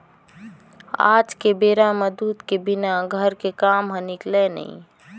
आज के बेरा म दूद के बिना घर के काम ह निकलय नइ